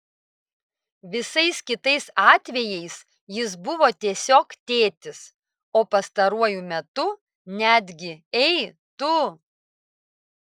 visais kitais atvejais jis buvo tiesiog tėtis o pastaruoju metu netgi ei tu